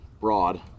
broad